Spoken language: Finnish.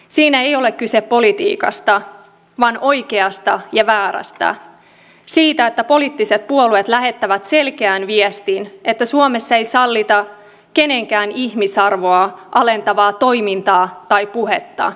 siinä ei ole kyse politiikasta vaan oikeasta ja väärästä siitä että poliittiset puolueet lähettävät selkeän viestin että suomessa ei sallita kenenkään ihmisarvoa alentavaa toimintaa tai puhetta